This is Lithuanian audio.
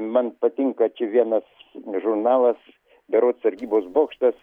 man patinka čia vienas žurnalas berods sargybos bokštas